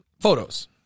photos